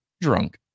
drunk